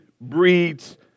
breeds